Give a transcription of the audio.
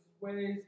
ways